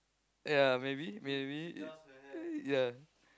ya maybe maybe ya